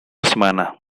semana